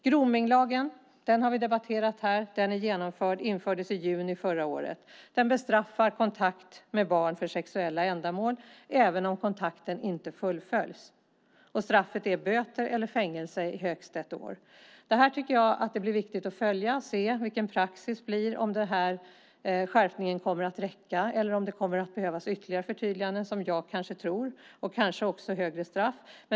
Gromninglagen har vi debatterat, och den är genomförd. Den infördes i juni förra året. Den bestraffar kontakt med barn för sexuella ändamål även om kontakten inte fullföljs. Straffet är böter eller fängelse i högst ett år. Jag tycker att det är viktigt att följa detta och se vad praxis blir och om skärpningen räcker eller om det kommer att behövas ytterligare förtydliganden, vilket jag tror, och kanske också högre straff.